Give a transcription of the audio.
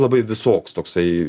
labai visoks toksai